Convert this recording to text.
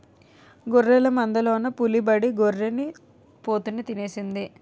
గొర్రెల మందలోన పులిబడి గొర్రి పోతుని తినేసింది